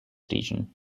region